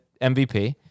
MVP